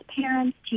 parents